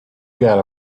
got